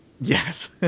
Yes